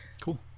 Cool